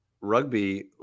rugby